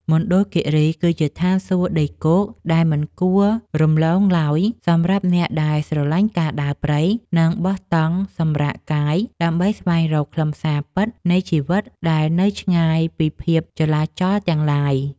មណ្ឌលគីរីគឺជាឋានសួគ៌ដីគោកដែលមិនគួររំលងឡើយសម្រាប់អ្នកដែលស្រឡាញ់ការដើរព្រៃ និង បោះតង់សម្រាកកាយដើម្បីស្វែងរកខ្លឹមសារពិតនៃជីវិតដែលនៅឆ្ងាយពីភាពចលាចលទាំងឡាយ។